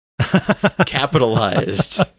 capitalized